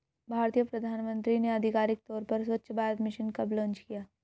भारतीय प्रधानमंत्री ने आधिकारिक तौर पर स्वच्छ भारत मिशन कब लॉन्च किया?